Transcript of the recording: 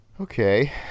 okay